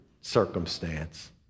circumstance